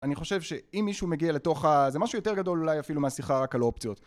אני חושב שאם מישהו מגיע לתוך ה... זה משהו יותר גדול אולי אפילו מהשיחה רק על אופציות